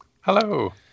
Hello